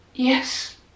Yes